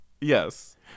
Yes